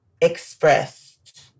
expressed